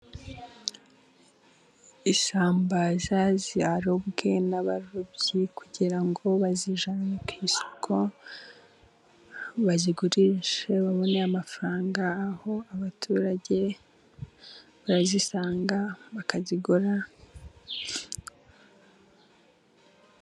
Isambaza zarobwe n'abarobyi kugira ngo bazijyane ku isoko, bazigurishe babone amafaranga aho abaturage barazisanga bakazigura.